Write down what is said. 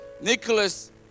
Nicholas